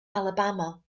alabama